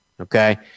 Okay